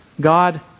God